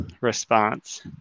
response